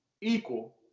equal